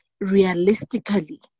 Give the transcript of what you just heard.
realistically